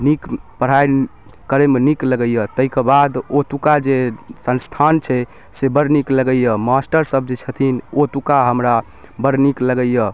नीक पढ़ाइ करैमे नीक लगैए ताहिकेबाद ओतुका जे संस्थान छै से बड़ नीक लगैए मास्टरसभ जे छथिन ओतुका हमरा बड़ नीक लगैए